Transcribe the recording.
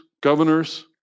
governors